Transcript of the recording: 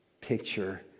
picture